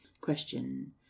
question